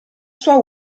sua